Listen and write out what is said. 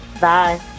Bye